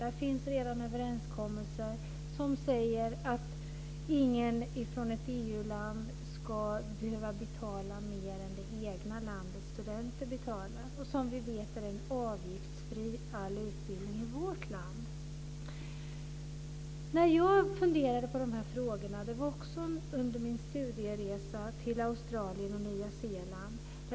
Där finns redan överenskommelser som säger att ingen från ett EU land ska behöva betala mer än vad det egna landets studenter betalar. Som vi vet är all utbildning avgiftsfri i vårt land. Jag funderade på de här frågorna under min studieresa till Australien och Nya Zeeland.